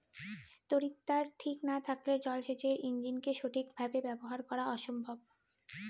তড়িৎদ্বার ঠিক না থাকলে জল সেচের ইণ্জিনকে সঠিক ভাবে ব্যবহার করা অসম্ভব